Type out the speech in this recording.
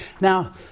Now